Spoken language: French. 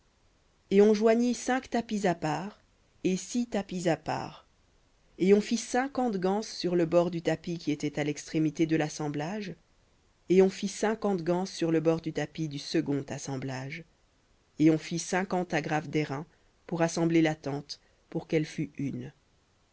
et on joignit cinq tapis à part et six tapis à part et on fit cinquante ganses sur le bord du tapis qui était à l'extrémité de l'assemblage et on fit cinquante ganses sur le bord du tapis du second assemblage et on fit cinquante agrafes d'airain pour assembler la tente pour qu'elle fût une